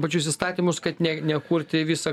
pačius įstatymus kad ne nekurti visą